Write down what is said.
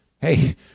hey